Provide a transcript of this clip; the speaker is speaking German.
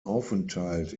aufenthalt